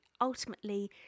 ultimately